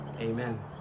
Amen